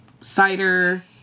cider